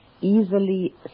easily